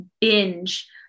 binge